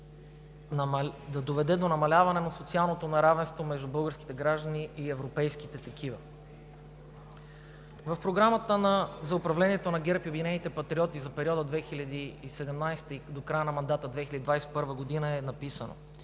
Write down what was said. да доведе до намаляване на социалното неравенство между българските граждани и европейските. В Програмата за управление на ГЕРБ и „Обединени патриоти“ за периода 2017 г. до края на мандата – 2021 г., е написано: